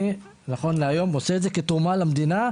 נכון להיום אני עושה את זה כתרומה למדינה.